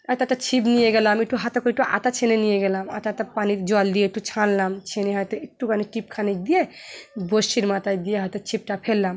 এতো একটা ছিপ নিয়ে গেলাম একটু হাতে করে একটু আটা চেয়ে নিয়ে গেলাম আটাটা পানির জল দিয়ে একটু ছানলাম ছেঁনে হয়তো একটুখানি টিপখানিক দিয়ে বঁড়শির মাথায় দিয়ে হয়তো ছিপটা ফেললাম